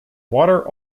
water